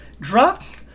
drops